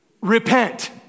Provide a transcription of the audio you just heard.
Repent